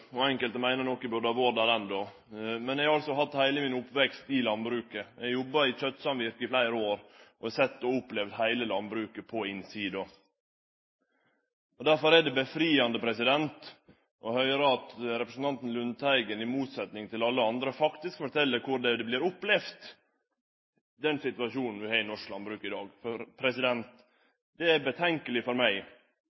og enkelte meiner nok eg burde vore der enno. Eg har hatt heile oppveksten min i landbruket. Eg jobba i kjøttsamvirket i fleire år, og har sett og opplevd heile landbruket på innsida. Derfor er det ei lise å høyre at representanten Lundteigen, i motsetnad til alle andre, faktisk fortel korleis den situasjonen ein har i norsk landbruk i dag, vert opplevd. Det er urovekkjande for